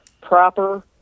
proper